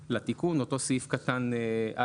לתיקון, לאותו סעיף קטן (א3).